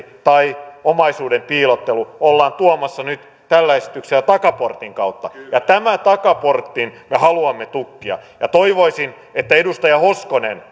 tai omaisuuden piilottelu ollaan tuomassa nyt tällä esityksellä takaportin kautta ja tämän takaportin me haluamme tukkia toivoisin että edustaja hoskonen